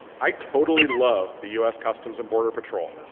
i totally love the us customs and border patrol.